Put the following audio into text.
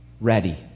ready